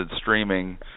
streaming